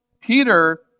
Peter